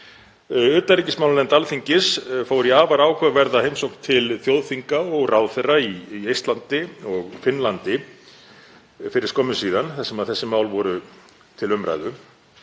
Utanríkismálanefnd Alþingis fór í afar áhugaverða heimsókn til þjóðþinga og ráðherra í Eistlandi og Finnlandi fyrir skömmu síðan þar sem þessi mál voru til umræðu